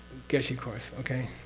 geshe course, okay.